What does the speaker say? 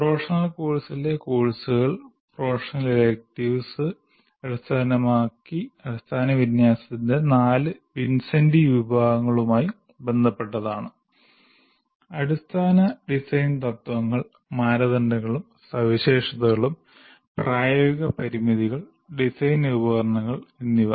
professional കോഴ്സിലെ കോഴ്സുകൾ professional electives അടിസ്ഥാന വിന്യാസത്തിന്റെ നാല് വിൻസെന്റി വിഭാഗങ്ങളുമായി ബന്ധപ്പെട്ടതാണ് അടിസ്ഥാന ഡിസൈൻ തത്വങ്ങൾ മാനദണ്ഡങ്ങളും സവിശേഷതകളും പ്രായോഗിക പരിമിതികൾ ഡിസൈൻ ഉപകരണങ്ങൾ എന്നിവ